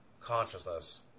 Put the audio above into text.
consciousness